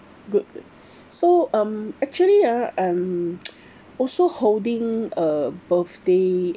good so um actually ah I'm also holding a birthday